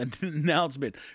announcement